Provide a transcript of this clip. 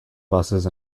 buses